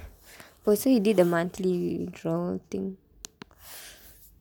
oh so you did the monthly withdraw thing